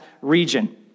region